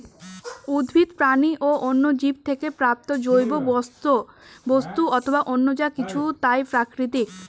উদ্ভিদ, প্রাণী ও অন্যান্য জীব থেকে প্রাপ্ত জৈব বস্তু অথবা অন্য যা কিছু তাই প্রাকৃতিক